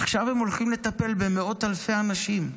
עכשיו הם הולכים לטפל במאות אלפי אנשים.